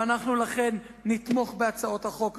ולכן אנחנו נתמוך בהצעות החוק הללו.